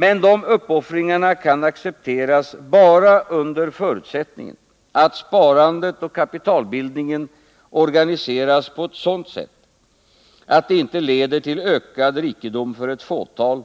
Men dessa uppoffringar kan accepteras bara under förutsättningen att sparandet och kapitalbildningen organiseras på ett sådant sätt att det inte leder till ökad rikedom för ett fåtal